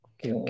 Okay